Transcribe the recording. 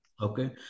Okay